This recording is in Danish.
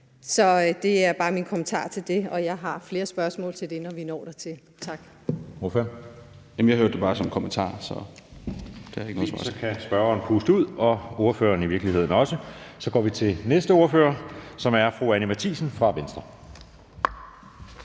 Så det er bare min kommentar til det, og jeg har flere spørgsmål til det, når vi når dertil. Tak.